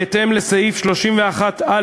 בהתאם לסעיף 31(א)